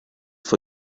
for